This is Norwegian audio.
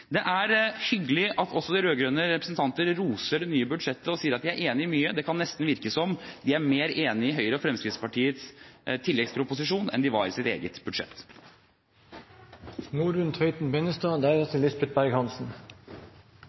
Det er hyggelig at også de rød-grønne representantene roser det nye budsjettet og sier at de er enig i mye. Det kan nesten virke som de er mer enig i Høyres og Fremskrittspartiets tilleggsproposisjon enn de var i sitt eget